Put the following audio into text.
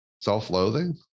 self-loathing